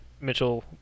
Mitchell